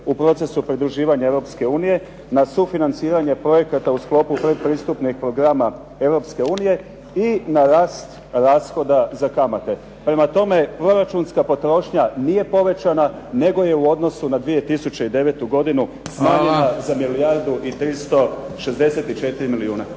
u procesu pridruživanja Europske unije na sufinanciranje projekata u sklopu pretpristupnih programa Europske unije i na rast rashoda za kamate. Prema tome, proračunska potrošnja nije povećana nego je u odnosu na 2009. godinu smanjenja za milijardu i 364 milijuna.